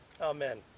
Amen